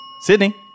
Sydney